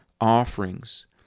offerings